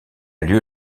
lieu